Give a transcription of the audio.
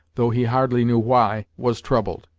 though he hardly knew why, was troubled.